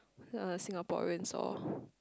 uh Singaporeans orh